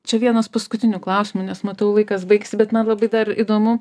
čia vienas paskutinių klausimų nes matau laikas baigsis bet man labai dar įdomu